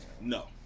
No